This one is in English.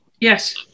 yes